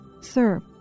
Sir